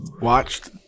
watched